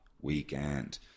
weekend